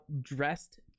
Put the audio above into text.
dressed